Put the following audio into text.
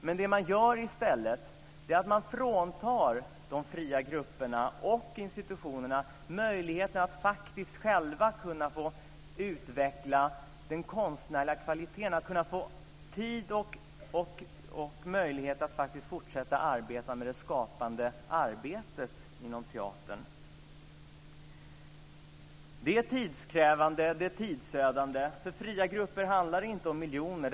Men det som man i stället gör är att man fråntar de fria grupperna och institutionerna möjligheten att faktiskt själva utveckla den konstnärliga kvaliteten, att faktiskt få tid och möjlighet att fortsätta arbeta med det skapande arbetet inom teatern. Det är tidskrävande och tidsödande. För fria grupper handlar det inte om miljoner.